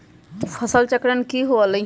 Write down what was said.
फसल चक्रण की हुआ लाई?